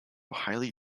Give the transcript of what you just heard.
highly